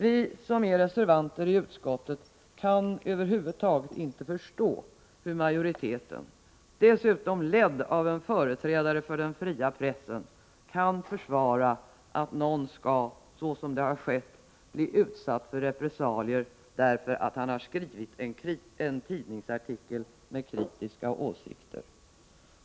Vi som är reservanter i utskottet kan över huvud taget inte förstå hur majoriteten, dessutom ledd av en företrädare för den fria pressen, kan försvara att någon skall — såsom det har skett — bli utsatt för repressalier därför att han har skrivit en tidningsartikel med kritiska åsikter.